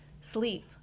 sleep